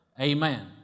Amen